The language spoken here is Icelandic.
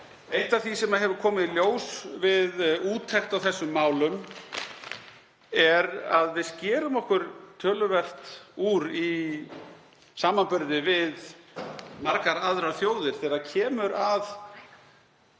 eitt af því sem hefur komið í ljós, við úttekt á þessum málum, er að við skerum okkur töluvert úr í samanburði við margar aðrar þjóðir þegar kemur að